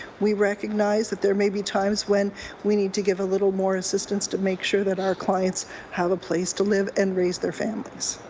we recognize that there may be times when we need to give a little more assistance to make sure our clients have a place to live and raise their families.